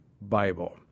Bible